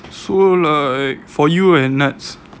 so like for you kan Nads